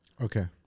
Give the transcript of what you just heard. Okay